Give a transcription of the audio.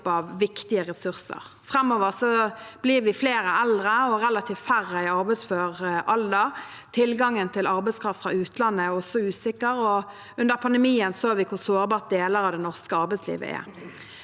av viktige ressurser. Framover blir vi flere eldre og relativt færre i arbeidsfør alder. Tilgangen på arbeidskraft fra utlandet er også usikker, og under pandemien så vi hvor sårbart deler av det norske arbeidslivet er.